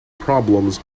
problems